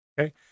Okay